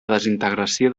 desintegració